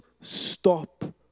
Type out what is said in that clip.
stop